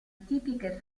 tipiche